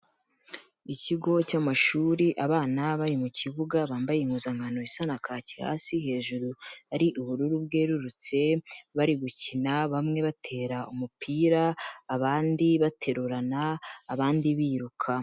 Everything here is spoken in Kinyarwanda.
Ikigo cy'amashuri abana bari mu kibuga bambaye impuzankano bisa na kaki hasi, hejuru ari ubururu bwerurutse, bari gukina bamwe batera umupira, abandi baterurana, abandi biruka.